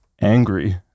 angry